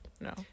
No